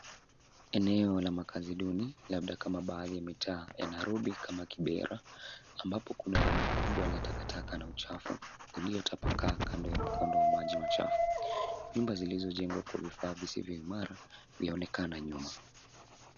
Eneo la makaazi duni labda kama baadhi ya mitaa ya Nairobi kama kibera ambapo kuna rundo mkubwa na takataka na uchafu uliotapakaa kando ya mkondo wa maji machafu. Nyuma zilizojengwa kwa vifaa visivyo imara vinaonekana nyuma.